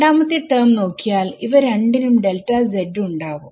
രണ്ടാമത്തെ ടെർമ് നോക്കിയാൽഇവ രണ്ടിനും ഉണ്ടാവും